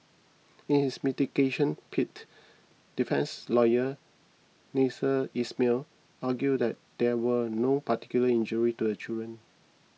in his mitigation plea defence lawyer Nasser Ismail argued that there were no particular injurie to the children